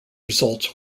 results